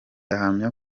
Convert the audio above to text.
ahamya